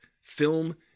film